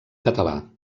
català